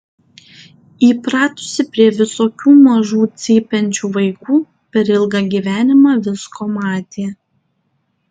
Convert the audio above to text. įpratusi prie visokių mažų cypiančių vaikų per ilgą gyvenimą visko matė